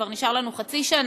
כבר נשאר לנו חצי שנה,